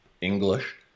English